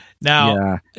Now